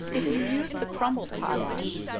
if you use the crumbled potash,